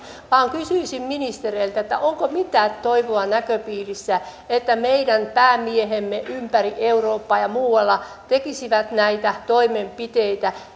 kysyisin ministereiltä onko mitään toivoa näköpiirissä että meidän päämiehemme ympäri eurooppaa ja muualla tekisivät näitä toimenpiteitä